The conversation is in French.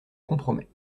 compromet